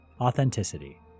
Authenticity